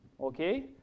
okay